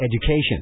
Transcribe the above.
education